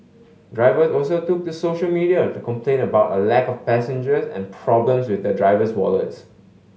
drivers also took to social media to complain about a lack of passengers and problems with their driver's wallets